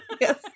Yes